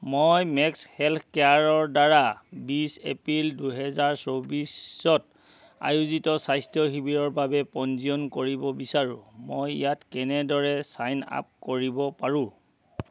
মই Max Health কেয়াৰৰ দ্বাৰা বিছ এপ্ৰিল দুই হেজাৰ চৌব্বিছত আয়োজিত স্বাস্থ্য শিবিৰৰ বাবে পঞ্জীয়ন কৰিব বিচাৰো মই ইয়াত কেনেদৰে ছাইন আপ কৰিব পাৰো